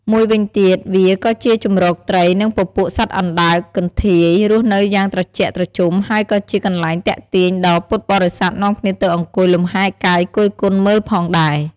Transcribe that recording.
មួយវិញទៀត វាក៏ជាជម្រត្រី និងពពួកសត្វអណ្តើរ កន្ធាយ រស់នៅយ៉ាងត្រជាក់ត្រជំហើយក៏ជាកន្លែងទាក់ទាញដល់ពុទ្ធបរិស័ទនាំគ្នាទៅអង្គុយលំហែលកាយគយគន់មើលផងដែរ។